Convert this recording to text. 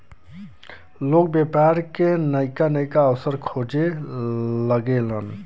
लोग व्यापार के नइका नइका अवसर खोजे लगेलन